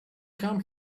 come